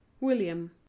william